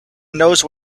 knows